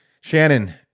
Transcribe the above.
Shannon